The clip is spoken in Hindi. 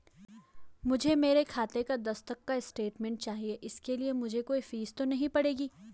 मुझे मेरे खाते का दस तक का स्टेटमेंट चाहिए इसके लिए मुझे कोई फीस तो नहीं पड़ेगी?